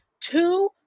Two